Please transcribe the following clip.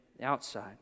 outside